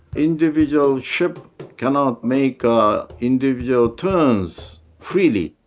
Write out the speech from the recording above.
individual ship cannot make ah individual turns freely